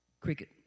Cricket